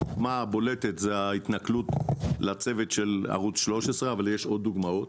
הדוגמה הבולטת זה ההתנכלות לצוות ערוץ 13 ויש עוד דוגמאות.